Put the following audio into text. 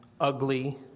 ugly